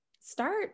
start